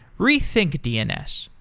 rethink dns,